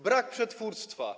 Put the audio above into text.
Brak przetwórstwa.